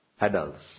adults